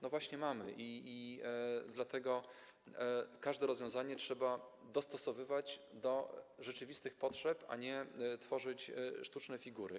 No właśnie mamy i dlatego każde rozwiązanie trzeba dostosowywać do rzeczywistych potrzeb, a nie tworzyć sztuczne figury.